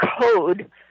code